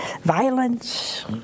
violence